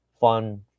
fun